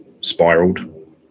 spiraled